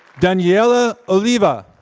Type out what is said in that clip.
daniela oliva